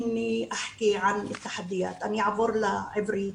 התבקשתי לדבר על האתגרים, אני אעבור לעברית.